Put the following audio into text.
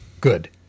Good